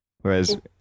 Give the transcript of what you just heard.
whereas